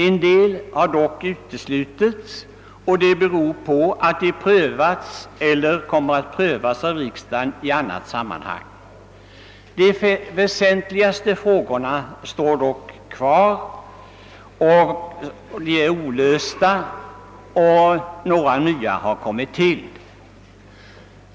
En del har dock uteslutits och det beror på att de prövats eller kommer att prövas av riksdagen i annat sammanhang. De väsentligaste frågorna kvarstår dock olösta och några nya har kommit till.